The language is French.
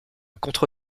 contre